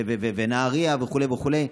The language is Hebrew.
ונהריה וכו' וכו'.